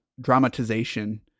dramatization